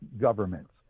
governments